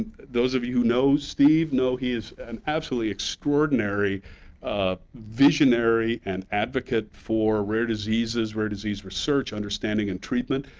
those of you who know steve know he is an absolutely extraordinary visionary and advocate for rare diseases, rare disease research, understanding, and treatment.